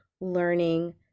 learning